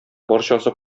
барчасы